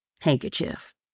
handkerchief